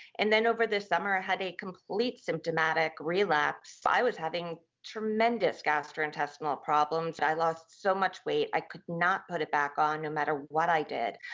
and then, over the summer, i had a complete symptomatic relapse. i was having tremendous gastrointestinal problems. i lost so much weight. i could not put it back on no matter what i did.